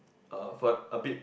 uh fur~ a bit